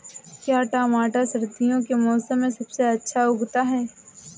क्या टमाटर सर्दियों के मौसम में सबसे अच्छा उगता है?